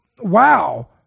Wow